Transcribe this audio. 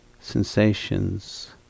sensations